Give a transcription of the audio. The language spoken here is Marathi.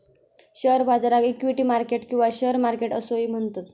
शेअर बाजाराक इक्विटी मार्केट किंवा शेअर मार्केट असोही म्हणतत